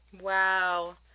Wow